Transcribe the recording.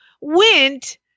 went